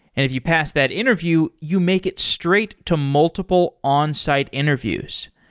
if you pass that interview, you make it straight to multiple onsite interviews.